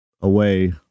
away